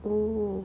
oh